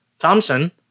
thompson